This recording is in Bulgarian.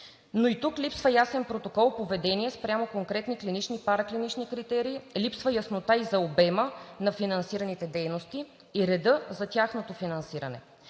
но и тук липсва ясен протокол и поведение спрямо конкретните клинични и параклинични критерии, липсва яснота за обема на финансираните дейности и редът за тяхното финансиране.